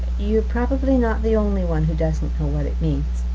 you're probably not the only one who doesn't know what it means.